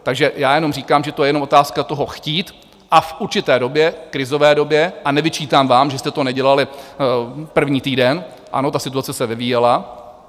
Takže já jenom říkám, že to je jenom otázka toho chtít, a v určité době, krizové době, a nevyčítám vám, že jste to nedělali první týden, ano, ta situace se vyvíjela.